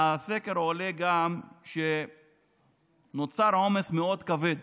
מהסקר עולה גם שנוצר עומס מאוד כבד